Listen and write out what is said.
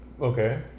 Okay